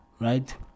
right